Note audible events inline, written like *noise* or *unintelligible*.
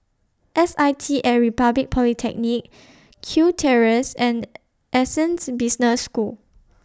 S I T At Republic Polytechnic Kew Terrace and *unintelligible* Business School